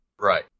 Right